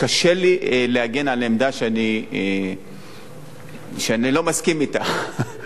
קשה לי להגן על עמדה שאני לא מסכים אתה,